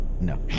No